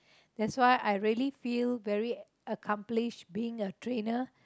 that's why I really feel very accomplished being a trainer